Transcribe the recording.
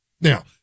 now